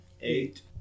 Eight